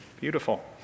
Beautiful